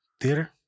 theater